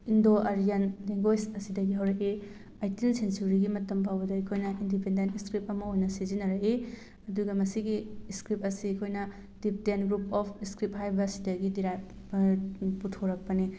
Indo Aryan language ꯑꯁꯤꯗꯒ ꯍꯧꯔꯛꯏ eighteen ꯁꯦꯟꯆꯨꯔꯤꯒꯤ ꯃꯇꯝ ꯐꯥꯎꯕꯗ ꯑꯩꯈꯣꯏꯅ ꯏꯟꯗꯤꯄꯦꯟꯗꯦꯟ ꯏꯁꯀ꯭ꯔꯤꯞ ꯑꯣꯏꯅ ꯁꯤꯖꯤꯟꯅꯔꯛꯏ ꯑꯗꯨꯒ ꯃꯁꯤꯒꯤ ꯏꯁꯀ꯭ꯔꯤꯞ ꯑꯁꯤ ꯑꯩꯈꯣꯏꯅ ꯇꯤꯞꯇꯦꯟ ꯒ꯭ꯔꯨꯞ ꯑꯣꯐ ꯏꯁꯀ꯭ꯔꯤꯞ ꯍꯥꯏꯔꯤꯕꯁꯤꯗꯒꯤ ꯗꯦꯔꯥꯏꯞ ꯄꯨꯊꯣꯔꯛꯄꯅꯦ